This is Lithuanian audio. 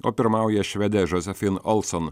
o pirmauja švedė džosefin olson